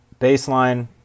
baseline